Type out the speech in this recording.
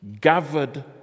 gathered